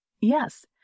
Yes